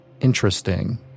interesting